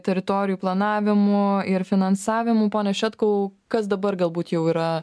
teritorijų planavimu ir finansavimu pone šetkau kas dabar galbūt jau yra